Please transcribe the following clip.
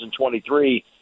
2023